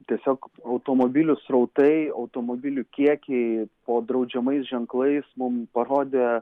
tiesiog automobilių srautai automobilių kiekiai po draudžiamais ženklais mum parodė